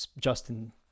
Justin